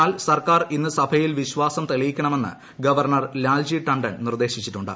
എന്നാൽ സർക്കാർ ഇന്ന് സഭയിൽ വിശ്വാസം തെളിയിക്കണമെന്ന് ഗവർണർ ലാൽജി ഠണ്ഡൻ നിർദ്ദേശിച്ചിട്ടുണ്ട്